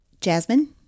Jasmine